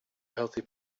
healthy